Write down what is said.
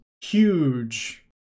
huge